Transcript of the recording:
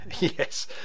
Yes